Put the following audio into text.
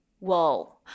Whoa